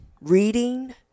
reading